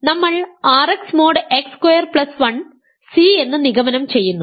അതിനാൽ നമ്മൾ Rx mod x square plus 1 C എന്ന് നിഗമനം ചെയ്യുന്നു